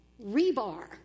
Rebar